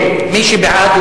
מי שבעד,